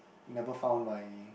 never found my